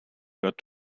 got